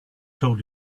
told